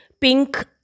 Pink